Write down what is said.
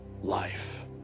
life